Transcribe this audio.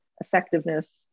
effectiveness